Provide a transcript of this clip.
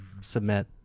submit